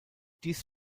dies